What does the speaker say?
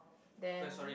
then